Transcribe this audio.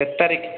କେତେତାରିଖ